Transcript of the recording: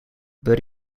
but